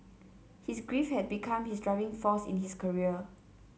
his grief had become his driving force in his career